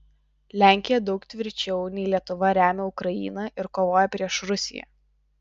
lenkija daug tvirčiau nei lietuva remia ukrainą ir kovoja prieš rusiją